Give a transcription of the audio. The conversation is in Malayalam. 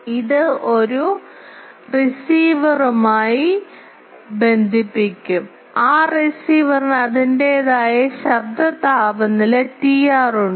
ഇത് ഒരു റിസീവറുമായി ബന്ധിപ്പിക്കും ആ റിസീവറിന് അതിന്റേതായ ശബ്ദ താപനില Tr ഉണ്ട്